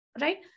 right